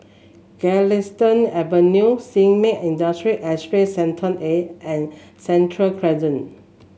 Galistan Avenue Sin Ming Industrial Estate Sector A and Sentul Crescent